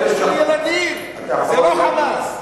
זה בשביל ילדים, זה לא "חמאס".